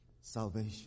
salvation